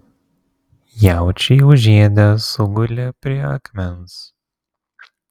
jaučiai užėdę sugulė prie akmens